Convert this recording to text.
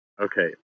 Okay